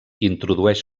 introdueix